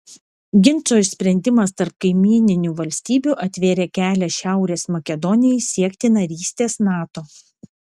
ginčo išsprendimas tarp kaimyninių valstybių atvėrė kelią šiaurės makedonijai siekti narystės nato